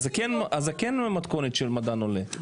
אז זה כן במתכונת של מדען עולה.